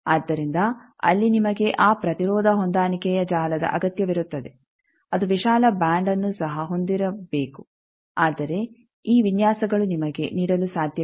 ಆದ್ದರಿಂದ ಅಲ್ಲಿ ನಿಮಗೆ ಆ ಪ್ರತಿರೋಧ ಹೊಂದಾಣಿಕೆಯ ಜಾಲದ ಅಗತ್ಯವಿರುತ್ತದೆ ಅದು ವಿಶಾಲ ಬ್ಯಾಂಡ್ಅನ್ನು ಸಹ ಹೊಂದಿರಬೇಕು ಆದರೆ ಈ ವಿನ್ಯಾಸಗಳು ನಿಮಗೆ ನೀಡಲು ಸಾಧ್ಯವಿಲ್ಲ